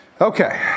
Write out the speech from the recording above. Okay